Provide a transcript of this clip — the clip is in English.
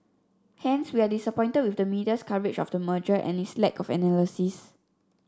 hence we are disappointed with the media's coverage of the merger and its lack of analysis